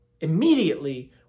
immediately